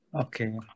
Okay